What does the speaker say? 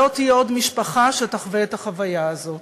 שלא תהיה עוד משפחה שתחווה את החוויה הזאת.